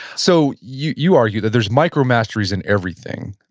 so you you argue that there's micromasteries in everything,